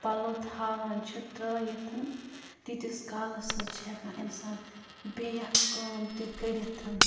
پَلو تھاوان چھِ ترٛٲیِتھ تیٖتِس کالَس حظ چھِ ہٮ۪کان اِنسان بیٛاکھ کٲم تہِ کٔرِتھ